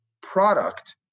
product